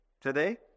today